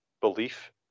belief